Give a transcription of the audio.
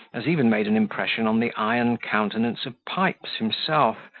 as even made an impression on the iron countenance of pipes himself,